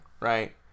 right